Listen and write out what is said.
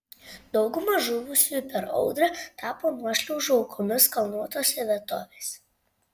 dauguma žuvusiųjų per audrą tapo nuošliaužų aukomis kalnuotose vietovėse